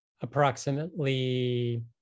approximately